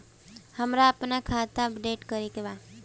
हमरा आपन खाता अपडेट करे के बा